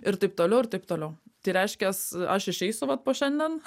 ir taip toliau ir taip toliau tai reiškias aš išeisiu vat po šiandien